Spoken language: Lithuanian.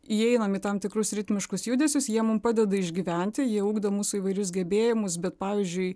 įeinam į tam tikrus ritmiškus judesius jie mums padeda išgyventi jie ugdo mūsų įvairius gebėjimus bet pavyzdžiui